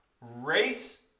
Race